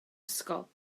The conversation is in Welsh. ysgol